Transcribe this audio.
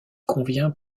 convient